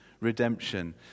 redemption